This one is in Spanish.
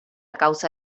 causa